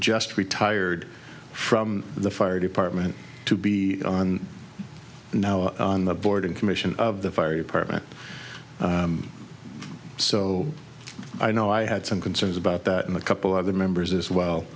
just retired from the fire department to be on the board and commission of the fire department so i know i had some concerns about that in a couple of the members as well